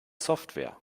software